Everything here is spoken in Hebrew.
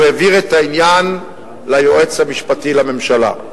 העביר את העניין ליועץ המשפטי לממשלה.